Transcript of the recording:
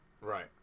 Right